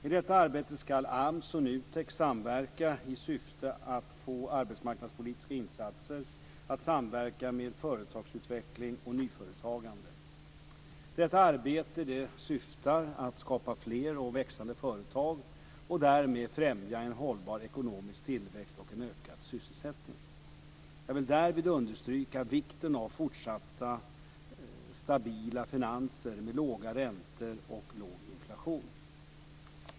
I detta arbete ska AMS och NUTEK samverka i syfte att få arbetsmarknadspolitiska insatser att samverka med företagsutveckling och nyföretagande. Detta arbete syftar till att skapa fler och växande företag och därmed främja en hållbar ekonomisk tillväxt och en ökad sysselsättning. Jag vill därvid understryka vikten av fortsatt stabila finanser med låga räntor och låg inflation.